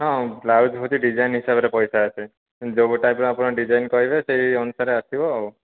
ହଁ ବ୍ଲାଉଜ ବୋଧେ ଡିଜାଇନ ହିସାବରେ ପଇସା ଆସେ ଯେଉଁ ଗୋଟାକ ଆପଣ ଡିଜାଇନ କହିବେ ସେଇ ଅନୁସାରେ ଆସିବ ଆଉ